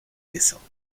décembre